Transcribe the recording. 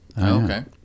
Okay